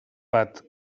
bat